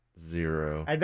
Zero